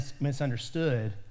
misunderstood